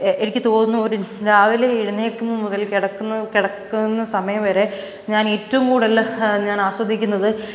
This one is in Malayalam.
എനിക്ക് തോന്നുന്നു ഒരു രാവിലെ എഴുന്നേൽക്കുന്നത് മുതൽ കിടക്കുന്നത് കിടക്കുന്ന സമയം വരെ ഞാൻ ഏറ്റവും കൂടുതൽ ഞാൻ ആസ്വദിക്കുന്നത്